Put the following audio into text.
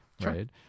right